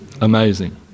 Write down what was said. amazing